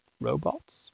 Robots